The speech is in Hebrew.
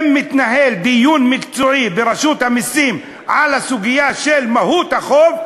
אם היה מתנהל דיון מקצועי ברשות המסים על הסוגיה של מהות החוב,